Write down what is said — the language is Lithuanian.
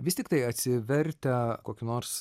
vis tiktai atsivertę kokį nors